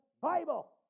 Bible